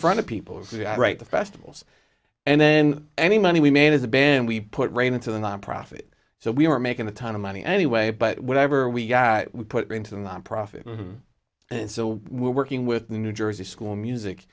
front of people's right to festivals and then any money we made as a band we put rain into the nonprofit so we were making a ton of money anyway but whatever we got we put into the profit and so we're working with the new jersey school music